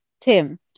Tim